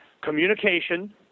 communication